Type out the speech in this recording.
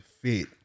fit